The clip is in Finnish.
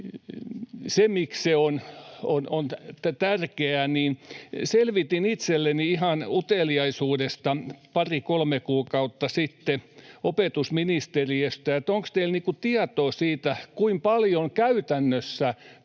Se, miksi se on tärkeää, niin selvitin itselleni ihan uteliaisuudesta pari kolme kuukautta sitten opetusministeriöstä, että onko teillä tietoa siitä, kuinka paljon käytännössä